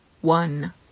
one